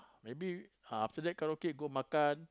maybe after that karaoke go makan